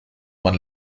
man